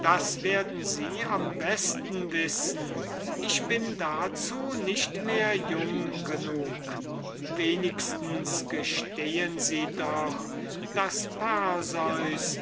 das werden sie am besten wissen ich bin dazu nicht mehr jung genug wenigstens werden sie doch gestehen daß